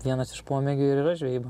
vienas iš pomėgių ir yra žvejyba